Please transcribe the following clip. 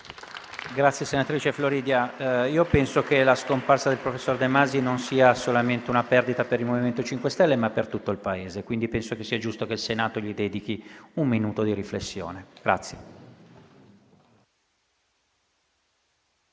Senatrice Floridia, penso che la scomparsa del professor De Masi non sia solamente una perdita per il MoVimento 5 Stelle, ma per tutto il Paese. Penso quindi che sia giusto che il Senato gli dedichi un minuto di riflessione. *(Il